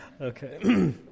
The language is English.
okay